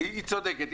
היא צודקת.